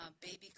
Baby